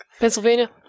Pennsylvania